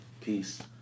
Peace